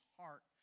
heart